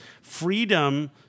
freedom